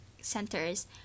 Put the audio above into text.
centers